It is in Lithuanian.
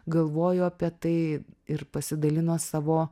galvojo apie tai ir pasidalino savo